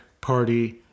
Party